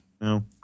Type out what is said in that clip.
No